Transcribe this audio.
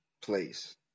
place